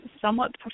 somewhat